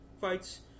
fights